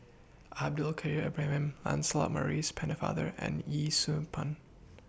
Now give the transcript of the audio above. Abdul Kadir Ibrahim Lancelot Maurice Pennefather and Yee Siew Pun